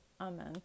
Amen